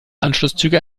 anschlusszüge